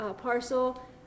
parcel